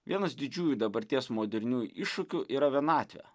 vienas didžiųjų dabarties moderniųjų iššūkių yra vienatvė